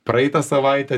praeitą savaitę